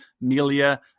Melia